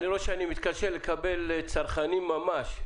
אני רואה שאני מתקשה לקבל צרכנים ממש,